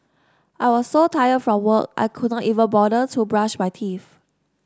I was so tired from work I could not even bother to brush my teeth